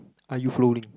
are you following